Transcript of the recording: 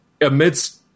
amidst